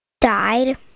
died